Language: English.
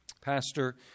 Pastor